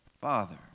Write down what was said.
father